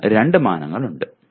ഇതിന് രണ്ട് മാനങ്ങളുണ്ട്